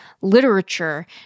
literature